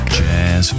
jazz